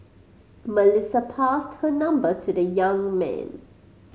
Melissa passed her number to the young man